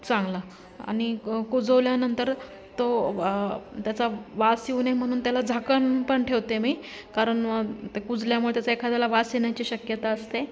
चांगला आणि क कुजवल्यानंतर तो त्याचा वास येऊ नाही म्हणून त्याला झाकण पण ठेवते मी कारण ते कुजल्यामुळे त्याचा एखाद्याला वास येण्याची शक्यता असते